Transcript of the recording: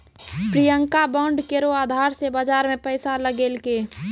Priyanka bond केरो अधार से बाजार मे पैसा लगैलकै